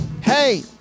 hey